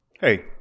Hey